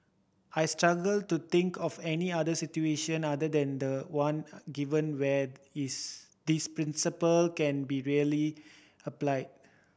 I struggle to think of any other situation other than the one given where is this principle can be really applied